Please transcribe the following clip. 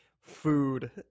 food